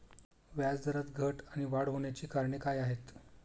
व्याजदरात घट आणि वाढ होण्याची कारणे काय आहेत?